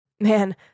Man